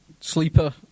sleeper